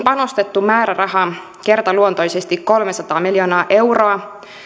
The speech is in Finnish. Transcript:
panostettu määräraha kertaluontoisesti kolmesataa miljoonaa euroa